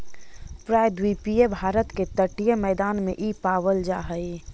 प्रायद्वीपीय भारत के तटीय मैदान में इ पावल जा हई